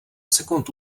sekund